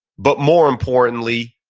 but more importantly,